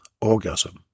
orgasm